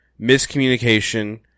Miscommunication